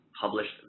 Published